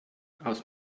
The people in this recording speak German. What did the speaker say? aus